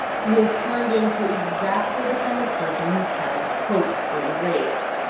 he has turned into exactly the kind of person his parents hoped they would raise.